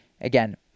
Again